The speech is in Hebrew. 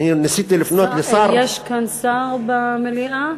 ניסיתי לפנות לשר, יש כאן שר, במליאה?